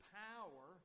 power